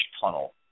tunnel